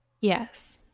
Yes